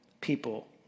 people